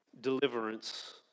deliverance